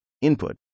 input